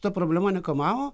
ta problema nekamavo